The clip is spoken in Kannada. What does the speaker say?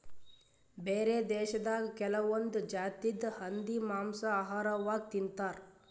ಬ್ಯಾರೆ ದೇಶದಾಗ್ ಕೆಲವೊಂದ್ ಜಾತಿದ್ ಹಂದಿ ಮಾಂಸಾ ಆಹಾರವಾಗ್ ತಿಂತಾರ್